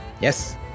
Yes